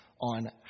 on